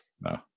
No